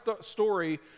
story